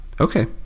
Okay